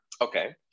Okay